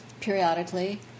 periodically